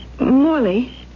Morley